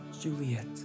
Juliet